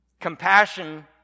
Compassion